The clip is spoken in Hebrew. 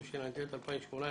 התשע"ט-2018,